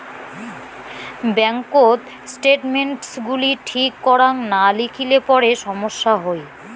ব্যাঙ্ককোত স্টেটমেন্টস গুলি ঠিক করাং না লিখিলে পরে সমস্যা হই